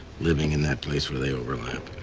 living in that place where they overlap. a